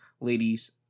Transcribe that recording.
ladies